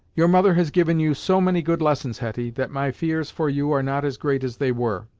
your mother has given you so many good lessons, hetty, that my fears for you are not as great as they were.